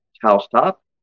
housetop